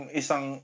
isang